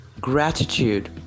gratitude